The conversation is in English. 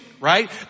right